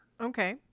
Okay